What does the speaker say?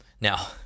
Now